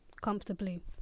comfortably